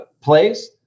plays